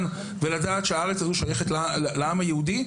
ולדעת שהארץ הזאת שייכת לעם היהודי,